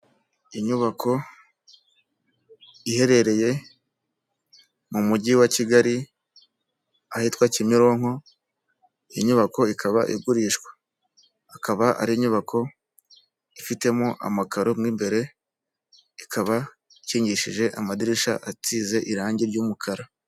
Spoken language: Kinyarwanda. Inyubako iherereye mu mujyi wa kigali ahitwa Kimironko inyubako ikaba igurishwa, akaba ari inyubako ifitemo amakaro n'imbere ikaba ikingishije amadirishya asize irangi ry'umukara.